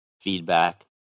feedback